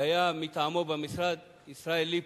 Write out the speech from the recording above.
והיה מטעמו במשרד ישראל ליפל.